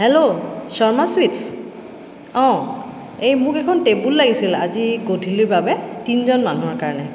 hello Sharma sweets অঁ এই মোক এখন টেবুল লাগিছিল আজি গধূলিৰ বাবে তিনিজন মানুহৰ কাৰণে